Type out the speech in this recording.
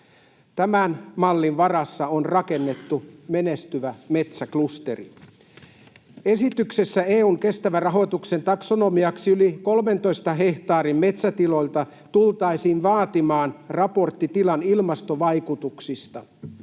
Tämän mallin varassa on rakennettu menestyvä metsäklusteri. Esityksessä EU:n kestävän rahoituksen taksonomiaksi yli 13 hehtaarin metsätiloilta tultaisiin vaatimaan raportti tilan ilmastovaikutuksista.